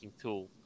tool